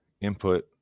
Input